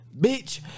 Bitch